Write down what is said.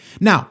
Now